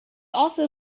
also